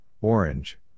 Orange